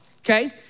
okay